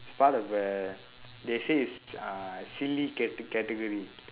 part of a they say it's uh silly cate~ category